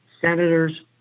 senators